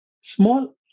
Small